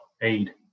aid